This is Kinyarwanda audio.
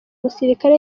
musirikare